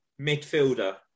midfielder